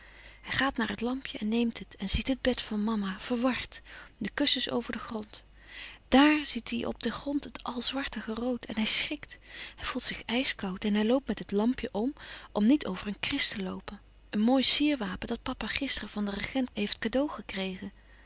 hij gaat naar het lampje en neemt het en ziet het bed louis couperus van oude menschen de dingen die voorbij gaan van mama verward de kussens over den grond daàr zièt hij op den grond het al zwartige rood en hij schrikt hij voelt zich ijskoud en hij loopt met het lampje om om niet over een kris te loopen een mooi sierwapen dat papa gisteren van den regent heeft cadeau gekregen